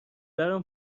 برام